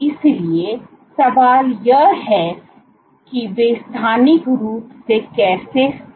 इसलिए सवाल यह है कि वे स्थानिक रूप से कैसे स्थित हैं